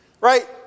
Right